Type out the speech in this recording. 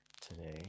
today